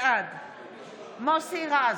בעד מוסי רז,